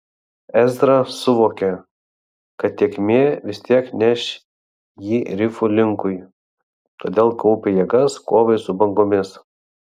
ezra suvokė kad tėkmė vis tiek neš jį rifų linkui todėl kaupė jėgas kovai su bangomis